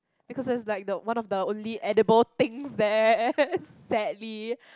because there's like the one of the only one of the most edible things there sadly